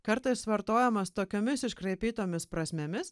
kartais vartojamas tokiomis iškraipytomis prasmėmis